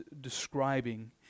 describing